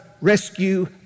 rescue